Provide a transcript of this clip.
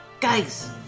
guys